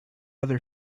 other